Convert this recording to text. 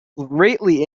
greatly